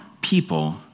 people